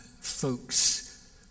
folks